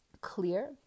clear